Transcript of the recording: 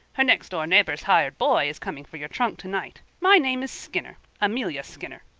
her next-door neighbor's hired boy is coming for your trunk tonight. my name is skinner amelia skinner